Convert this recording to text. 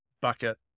bucket